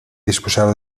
disposava